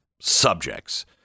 subjects